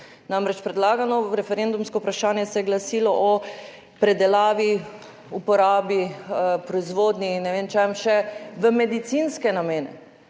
Namreč predlagano referendumsko vprašanje se je glasilo o predelavi, uporabi, proizvodnji in ne vem čem še v medicinske namene,